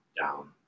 down